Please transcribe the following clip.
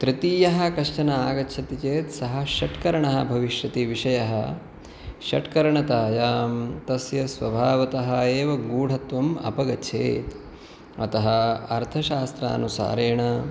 तृतीयः कश्चन आगच्छति चेत् सः षट्करणः भविष्यति विषयः षट्करणतायां तस्य स्वभावतः एव गूढत्वम् अपगच्छेत् अतः अर्थशास्त्रानुसारेण